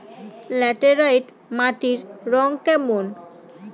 Laterite মাটির রং কেমন?